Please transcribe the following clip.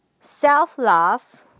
self-love